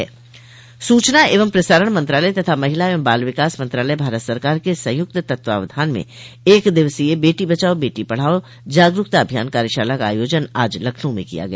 सूचना एवं प्रसारण मंत्रालय तथा महिला एवं बाल विकास मंत्रालय भारत सरकार के संयुक्त तत्वावधान में एक दिवसीय बेटी बचाओ बेटी पढ़ाओ जागरूकता अभियान कार्यशाला का आयोजन आज लखनऊ में किया गया